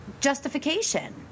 justification